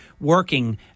working